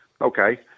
Okay